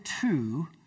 two